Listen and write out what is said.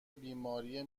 بیماری